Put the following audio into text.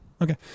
Okay